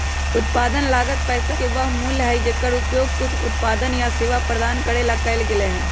उत्पादन लागत पैसा के वह मूल्य हई जेकर उपयोग कुछ उत्पादन या सेवा प्रदान करे ला कइल गयले है